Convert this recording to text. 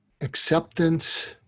acceptance